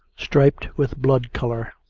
striped with blood colour,